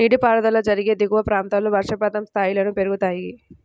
నీటిపారుదల జరిగే దిగువ ప్రాంతాల్లో వర్షపాతం స్థాయిలను పెరుగుతాయి